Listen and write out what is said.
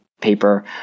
paper